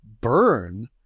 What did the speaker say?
burn